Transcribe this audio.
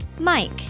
mike